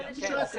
כן.